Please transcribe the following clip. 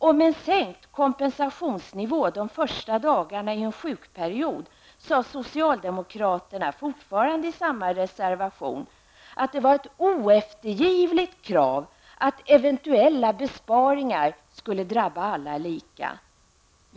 Om en sänkt kompensationsnivå de första dagarna i en sjukperiod sade socialdemokraterna, fortfarande i samma reservation, att det var ett oeftergivligt krav att eventuella besparingar skulle drabba alla lika.